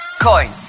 Coin